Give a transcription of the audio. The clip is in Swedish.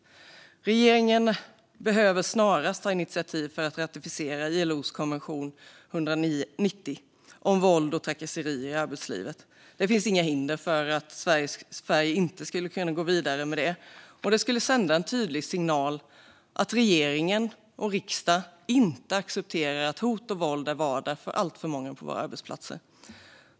Regeringen behöver snarast ta initiativ för att ratificera ILO:s konvention 190 om våld och trakasserier i arbetslivet. Det finns inga hinder för Sverige att gå vidare med det, och det skulle sända en tydlig signal att regeringen och riksdagen inte accepterar att hot och våld är vardag på alltför många arbetsplatser.